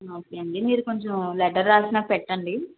okay అండి మీరు కొంచెం లెటర్ రాసి నాకు పెట్టండి